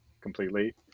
completely